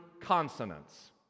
consonants